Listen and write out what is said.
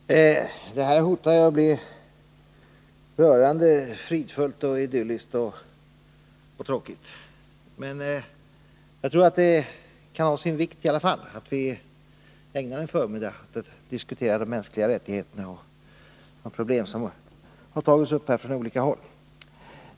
Herr talman! Den här debatten hotar ju att bli rörande fridfull, idyllisk och tråkig, men jag tror att det i alla fall kan vara av vikt att vi ägnar en förmiddag åt de mänskliga rättigheterna och de problem som tagits upp här från olika håll.